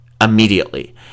immediately